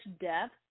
depth